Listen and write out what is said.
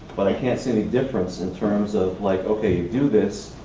but i can't see any difference in terms of like, okay, you do this,